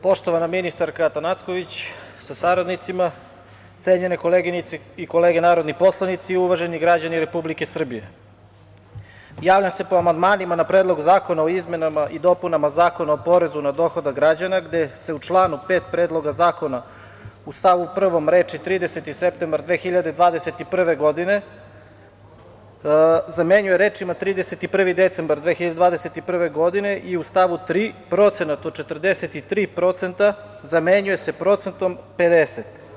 Poštovana ministarka Atanacković sa saradnicima, cenjene koleginice i kolege narodni poslanici, uvaženi građani Republike Srbije, javljam sa po amandmanima na Predlog zakona o izmenama i dopunama Zakona o porezu na dohodak građana, gde se u članu 5. Predloga zakona u stavu prvom reči: „30. septembar 2021. godine“ zamenjuju rečima: „31. decembar 2021. godine“ i u stavu tri procenat od 43% zamenjuje se procentom 50.